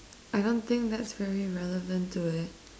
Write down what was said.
I don't think that's very relevant to it